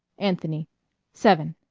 anthony seven.